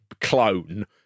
clone